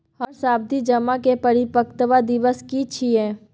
हमर सावधि जमा के परिपक्वता दिवस की छियै?